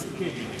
מסכים.